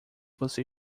você